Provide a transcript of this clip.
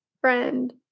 friend